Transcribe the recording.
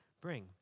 bring